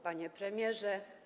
Panie Premierze!